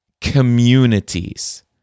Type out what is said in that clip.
communities